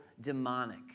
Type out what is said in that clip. demonic